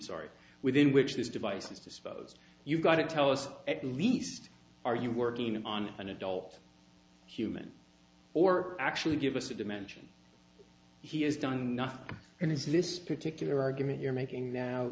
sorry within which of these devices disposed you gotta tell us at least are you working on an adult human or actually give us a dimension he has done nothing and is this particular argument you're making now